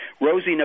Rosie